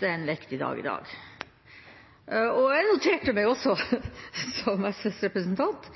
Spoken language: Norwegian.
en viktig dag i dag. Jeg noterte meg også, som SVs representant,